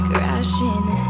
Crashing